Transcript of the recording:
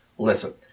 Listen